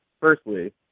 firstly